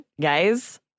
guys